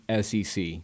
sec